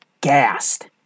gassed